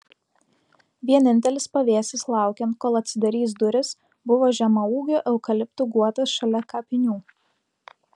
vienintelis pavėsis laukiant kol atsidarys durys buvo žemaūgių eukaliptų guotas šalia kapinių